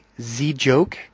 Zjoke